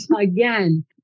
Again